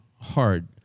hard